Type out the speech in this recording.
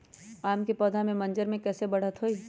आम क पौधा म मजर म कैसे बढ़त होई?